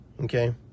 Okay